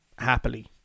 happily